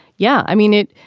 yeah. i mean it.